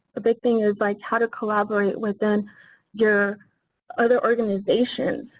a big thing is like how to collaborate within your other organizations.